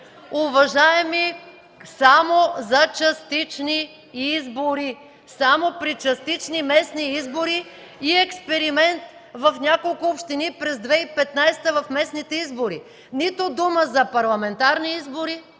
ГЕРБ.) Само за частични избори, само при частични местни избори и експеримент в няколко общини през 2015 г. в местните избори! Нито дума за парламентарни избори